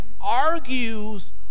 argues